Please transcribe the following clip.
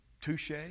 touche